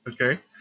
Okay